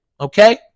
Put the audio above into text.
okay